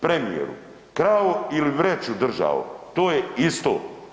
Premijeru, krao ili vreću držao, to je isto.